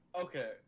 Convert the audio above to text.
Okay